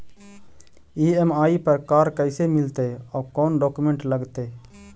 EMI पर car कैसे मिलतै औ कोन डाउकमेंट लगतै?